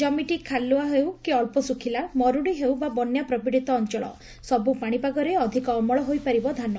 ଜମିଟି ଖାଲୁଆ ହେଉ କି ଅ ଶୁଖିଲା ମରୁଡ଼ି ହେଉ ବା ବନ୍ୟା ପ୍ରପିଡ଼ିତ ଅଞ୍ଚଳ ସବୁ ପାଣିପାଗରେ ଅଧିକ ଅମଳ ହୋଇପାରିବ ଧାନ